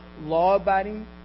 law-abiding